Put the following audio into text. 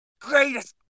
greatest